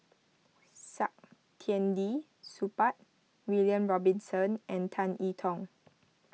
Saktiandi Supaat William Robinson and Tan I Tong